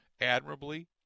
admirably